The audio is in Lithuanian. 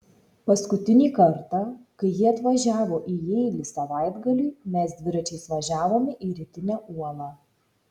paskutinį kartą kai ji atvažiavo į jeilį savaitgaliui mes dviračiais važiavome į rytinę uolą